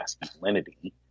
masculinity